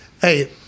Hey